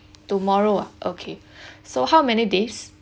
tomorrow ah okay so how many days